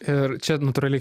ir čia natūraliai